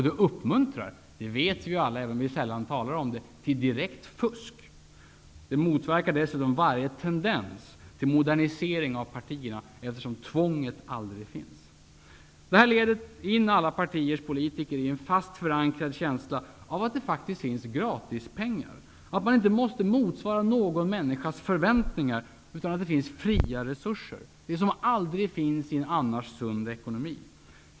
Det uppmuntrar, det vet vi alla även om vi sällan talar om det, till direkt fusk. Det motverkar dessutom varje tendens till modernisering av partierna, eftersom tvånget aldrig finns. Det här leder alla partiers politiker in i en fast förankrad känsla av att det finns gratis pengar, att man inte måste motsvara någon människas förväntningar, utan att det finns fria resurser, något som aldrig finns i en annars sund ekonomi.